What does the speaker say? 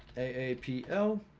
apl